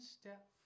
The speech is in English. step